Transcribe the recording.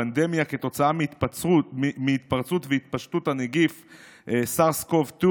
פנדמיה כתוצאה מהתפרצות והתפשטות הנגיף SARS-CoV-2,